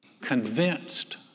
convinced